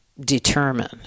determine